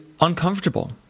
uncomfortable